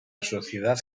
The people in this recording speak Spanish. sociedad